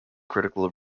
critical